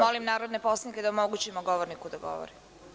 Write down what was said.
Molim narodne poslanike da omogućimo govorniku da govori.